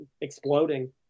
exploding